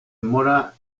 mora